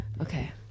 Okay